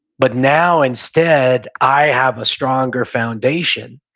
but now, instead, i have a stronger foundation,